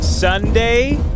Sunday